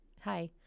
hi